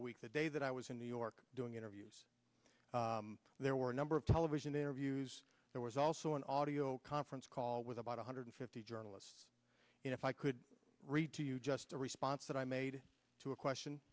a week the day that i was in new york doing interviews there were a number of television interviews there was also an audio conference call with about one hundred fifty journalists and if i could read to you just a response that i made to a question